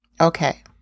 Okay